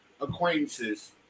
acquaintances